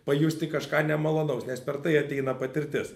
pajusti kažką nemalonaus nes per tai ateina patirtis